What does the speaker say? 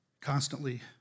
constantly